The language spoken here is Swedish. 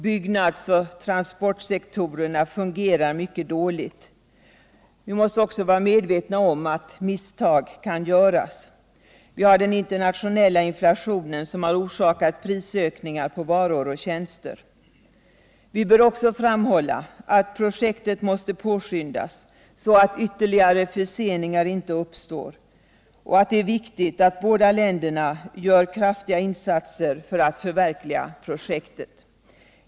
Byggnadsoch transportsektorerna fungerar mycket dåligt. Vi måste vara medvetna om att misstag kan göras. Den internationella inflationen har orsakat prisökningar på varor och tjänster. Vi bör framhålla att projektet måste påskyndas så att ytterligare förseningar inte uppstår liksom att det är viktigt att båda länderna gör kraftiga insatser för att förverkliga projektet.